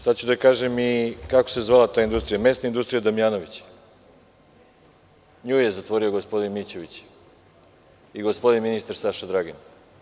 Sada ću da kažem i kako se zvala ta industrija, „Mesna industrija Damjanović“, nju je zatvorio gospodin Mićović, i gospodin ministar Saša Dragin.